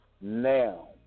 now